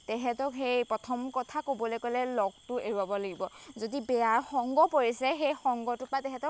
তেহেঁতক সেই প্ৰথম কথা ক'বলৈ গ'লে লগটো এৰোৱাব লাগিব যদি বেয়া সংগ পৰিছে সেই সংগটোৰ পৰা তেহেঁতক